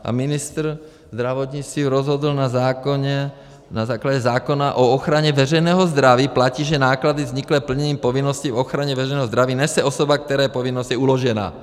A ministr zdravotnictví rozhodl na základě zákona o ochraně veřejného zdraví platí, že náklady vzniklé plněním povinností o ochraně veřejného zdraví nese osoba, které povinnost je uložena.